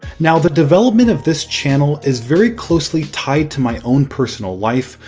now the development of this channel is very closely tied to my own personal life,